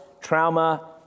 trauma